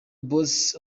bass